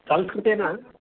संस्कृतेन